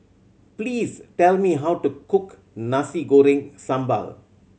please tell me how to cook Nasi Goreng Sambal